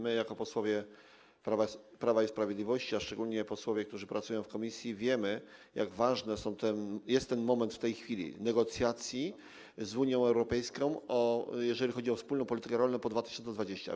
My jako posłowie Prawa i Sprawiedliwości, a szczególnie posłowie, którzy pracują w komisji, wiemy, jak ważny jest ten moment negocjacji z Unią Europejską, jeżeli chodzi o wspólną politykę rolną po 2020 r.